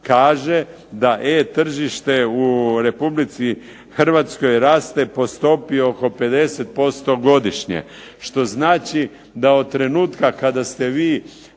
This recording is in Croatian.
kaže da e-tržište u Republici Hrvatskoj raste po stopi oko 50% godišnje, što znači da od trenutka kada ste vi